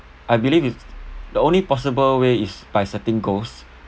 I believe it's the only possible way is by setting goals